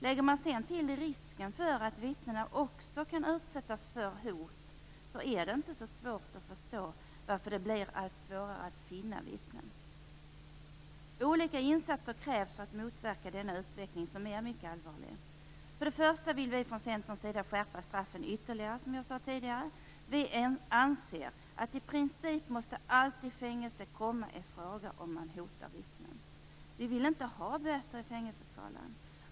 Lägger man sedan till risken att vittnena också kan utsättas för hot är det inte svårt att förstå varför det blir allt svårare att finna vittnen. Olika insatser krävs för att motverka denna utveckling, som är mycket allvarlig. För det första vill vi från Centern skärpa straffen ytterligare, som jag tidigare sade. Vi anser att fängelse i princip alltid måste komma i fråga om man hotar vittnen. Vi vill inte ha böter i fängelseskalan.